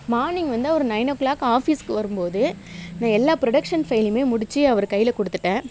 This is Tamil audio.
மார்னிங் வந்து அவர் நைனோ கிளாக் ஆஃபிஸ்க்கு வரும்போது நான் எல்லா ப்ரொடக்ஷன் ஃபைலும் முடித்து அவர் கையில் கொடுத்துட்டேன்